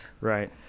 Right